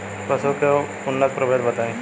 पशु के उन्नत प्रभेद बताई?